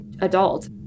adult